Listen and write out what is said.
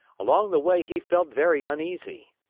along the way he felt very uneasy.